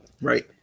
right